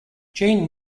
jeanne